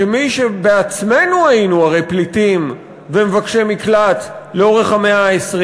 כמי שבעצמנו הרי היינו פליטים ומבקשי מקלט לאורך המאה ה-20.